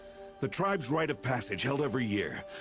the tribe's rite of passage, held every year.